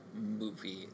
movie